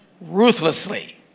ruthlessly